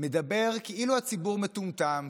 מדבר כאילו הציבור מטומטם,